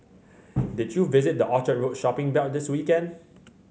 did you visit the Orchard Road shopping belt this weekend